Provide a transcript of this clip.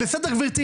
בסדר גברתי.